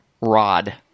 rod